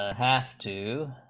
ah half two